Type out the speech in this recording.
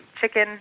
chicken